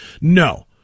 No